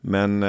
Men